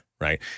right